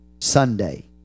Sunday